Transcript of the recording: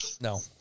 No